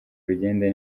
bigende